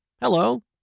Hello